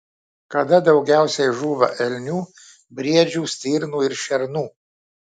kada daugiausiai žūva elnių briedžių stirnų ir šernų